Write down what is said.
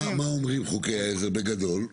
מה חוקי העזר אומרים, בגדול?